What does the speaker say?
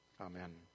Amen